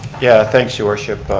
yeah, thanks your worship.